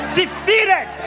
defeated